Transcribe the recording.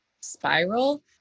spiral